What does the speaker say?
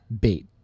bait